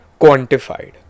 quantified